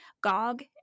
Gog